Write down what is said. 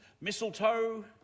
Mistletoe